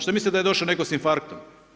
Što mislite da je došao netko sa infarktom?